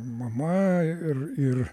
mama ir ir